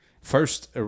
first